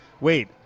wait